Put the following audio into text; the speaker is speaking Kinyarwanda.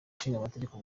ishingamategeko